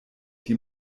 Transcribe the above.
die